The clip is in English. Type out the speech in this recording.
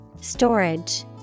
Storage